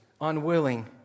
unwilling